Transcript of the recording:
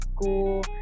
school